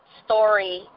story